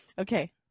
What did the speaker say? Okay